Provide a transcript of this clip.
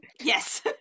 Yes